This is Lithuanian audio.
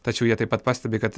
tačiau jie taip pat pastebi kad